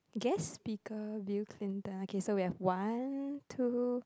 guest speaker Bill-Clinton okay so we have one two